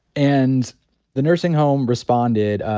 and the nursing home responded,